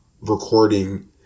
recording